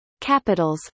capitals